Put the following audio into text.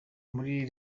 muri